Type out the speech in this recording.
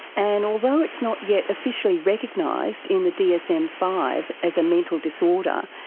and although it's not yet officially recognised in the d s m five as a mental disorder,